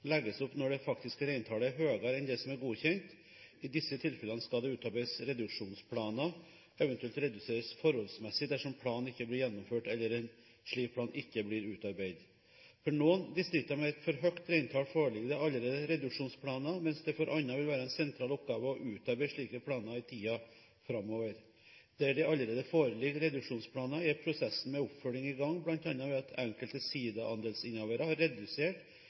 legges opp når det faktiske reintallet er høyere enn det som er godkjent. I disse tilfellene skal det utarbeides reduksjonsplaner, eventuelt reduseres forholdsmessig dersom planen ikke blir gjennomført eller en slik plan ikke blir utarbeidet. For noen distrikter med et for høyt reintall foreligger det allerede reduksjonsplaner, mens det for andre vil være en sentral oppgave å utarbeide slike planer i tiden framover. Der det allerede foreligger reduksjonsplaner, er prosessen med oppfølging i gang, bl.a. ved at enkelte sidaandelsinnehavere har redusert